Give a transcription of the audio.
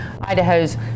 Idaho's